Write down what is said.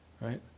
right